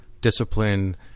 discipline